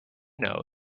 know